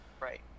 Right